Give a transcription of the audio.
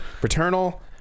Paternal